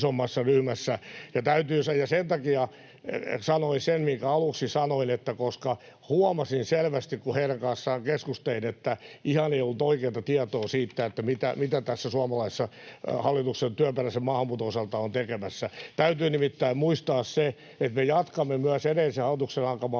ja sen takia sanoin sen, minkä aluksi sanoin, koska huomasin selvästi, kun heidän kanssaan keskustelin, että ihan ei ollut oikeata tietoa siitä, mitä Suomessa hallituksen työperäisen maahanmuuton osalta ollaan tekemässä. Täytyy nimittäin muistaa se, että me jatkamme myös edellisen hallituksen aloittamaa